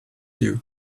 you